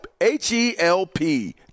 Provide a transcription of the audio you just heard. H-E-L-P